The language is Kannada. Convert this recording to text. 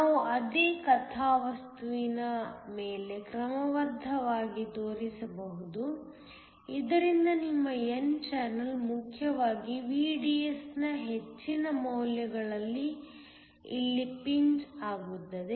ನಾವು ಅದೇ ಕಥಾವಸ್ತುವಿನ ಮೇಲೆ ಕ್ರಮಬದ್ಧವಾಗಿ ತೋರಿಸಬಹುದು ಇದರಿಂದ ನಿಮ್ಮ n ಚಾನಲ್ ಮುಖ್ಯವಾಗಿ VDS ನ ಹೆಚ್ಚಿನ ಮೌಲ್ಯಗಳಲ್ಲಿ ಇಲ್ಲಿ ಪಿಂಚ್ ಆಗುತ್ತದೆ